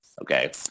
Okay